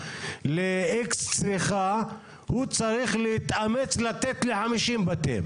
ל-X צריכה הוא צריך להתאמץ לתת ל-50 בתים.